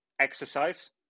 exercise